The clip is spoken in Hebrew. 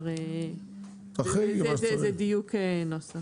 זה דיוק נוסח.